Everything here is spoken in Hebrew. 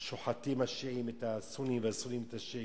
שוחטים השיעים את הסונים והסונים את השיעים.